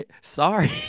sorry